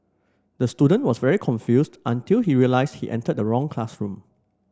the student was very confused until he realised he entered the wrong classroom